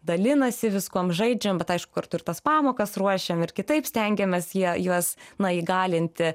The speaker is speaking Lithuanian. dalinasi viskuom žaidžiam bet aišku kartu ir tas pamokas ruošiam ir kitaip stengiamės jie juos na įgalinti